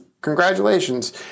Congratulations